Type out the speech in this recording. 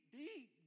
deep